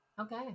Okay